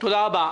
תודה רבה.